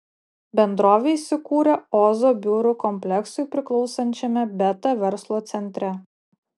bendrovė įsikūrė ozo biurų kompleksui priklausančiame beta verslo centre